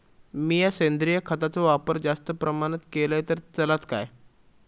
मीया सेंद्रिय खताचो वापर जास्त प्रमाणात केलय तर चलात काय?